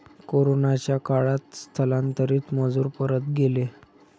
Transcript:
कोरोनाच्या काळात स्थलांतरित मजूर परत गेले